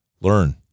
Learn